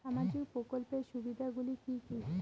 সামাজিক প্রকল্পের সুবিধাগুলি কি কি?